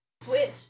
Switch